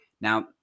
now